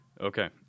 Okay